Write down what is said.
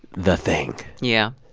the thing? yeah.